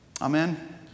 Amen